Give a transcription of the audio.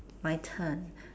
my turn